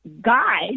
guide